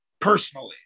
Personally